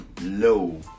low